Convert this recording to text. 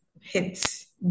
hits